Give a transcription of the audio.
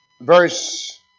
Verse